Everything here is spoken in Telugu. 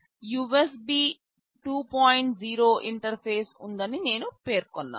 0 ఇంటర్ఫేస్ ఉందని నేను పేర్కొన్నాను